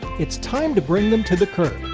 it's time to bring them to the curb!